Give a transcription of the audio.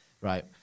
Right